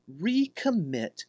recommit